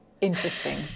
interesting